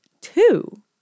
Two